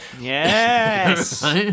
Yes